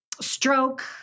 stroke